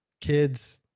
Kids